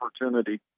opportunity